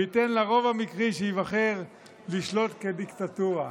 וייתן לרוב המקרי שייבחר לשלוט כדיקטטורה.